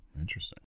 interesting